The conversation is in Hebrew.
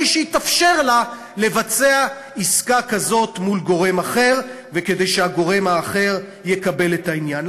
שיתאפשר לה לבצע עסקה כזאת מול גורם אחר וכדי שהגורם האחר יקבל את העניין.